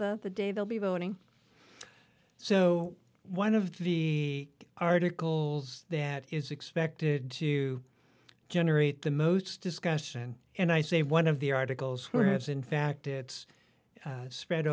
the the day they'll be voting so one of the article that is expected to generate the most discussion and i say one of the articles who has in fact it's spread